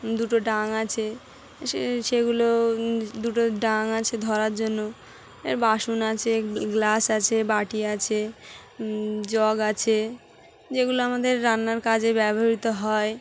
দুটো ডাং আছে সে সেগুলো দুটো ডাং আছে ধরার জন্য এর বাসন আছে গ্লাস আছে বাটি আছে জগ আছে যেগুলো আমাদের রান্নার কাজে ব্যবহৃত হয়